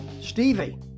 Stevie